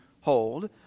hold